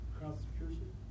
Prosecution